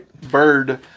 bird